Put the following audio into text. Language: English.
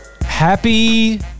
Happy